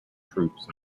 troops